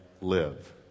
live